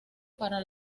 para